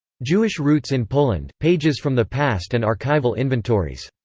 jewish roots in poland pages from the past and archival inventories.